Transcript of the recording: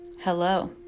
Hello